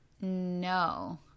No